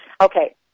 Okay